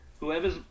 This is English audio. Whoever's